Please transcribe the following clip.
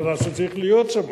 מראה שצריך להיות שם.